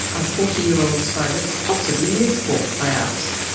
our forty year old spider, possibly live for, i ask?